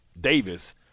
Davis